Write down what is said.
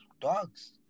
dogs